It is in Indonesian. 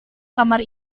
kamar